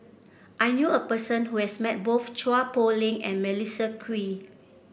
I knew a person who has met both Chua Poh Leng and Melissa Kwee